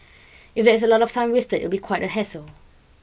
if there is a lot of time wasted it would be quite a hassle